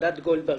ועדת גולדברג.